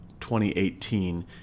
2018